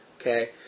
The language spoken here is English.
Okay